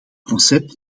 concept